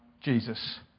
Jesus